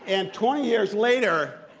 and twenty years later,